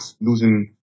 losing